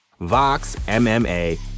VOXMMA